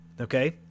Okay